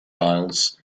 isles